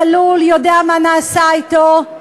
הוא צלול ויודע מה נעשה אתו.